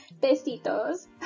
Besitos